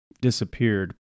disappeared